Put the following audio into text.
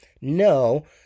no